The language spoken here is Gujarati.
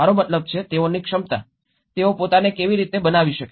મારો મતલબ છે તેઓની ક્ષમતા તેઓ પોતાને કેવી રીતે બનાવી શકે